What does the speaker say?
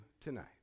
tonight